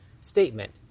statement